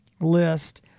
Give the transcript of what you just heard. list